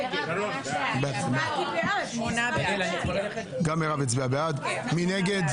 8. מי נגד?